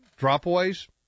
dropaways